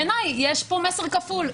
בעיניי יש פה מסר כפול,